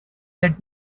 let